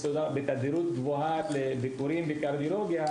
בתדירות גבוהה לביקורים בקרדיולוגיה,